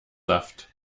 saft